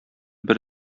бер